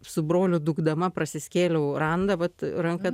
su broliu dūkdama prasiskėliau randą vat ranka